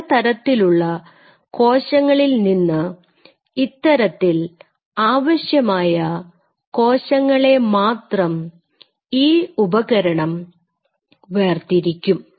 പലതരത്തിലുള്ള കോശങ്ങളിൽ നിന്ന് ഇത്തരത്തിൽ ആവശ്യമായ കോശങ്ങളെ മാത്രം ഈ ഉപകരണം വേർതിരിക്കും